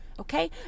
Okay